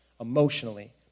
emotionally